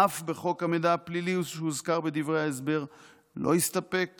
אף בחוק המידע הפלילי שהוזכר בדברי ההסבר לא הסתפק